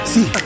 See